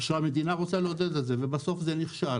שהמדינה רוצה לעודד את זה ובסוף זה נכשל